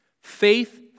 faith